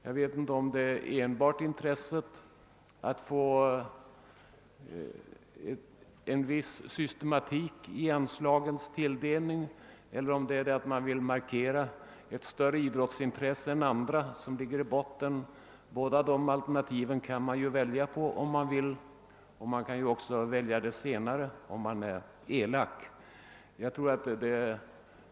Jag vet inte om det är enbart intresset för att få till stånd en viss systematik i anslagstilldelningen eller om det är en önskan att markera ett större idrottsintresse än andra som ligger bakom den politik som bedrivs — båda dessa alternativ kan väljas som förklaring, och om man vill vara elak väljer man det senare.